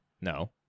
no